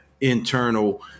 internal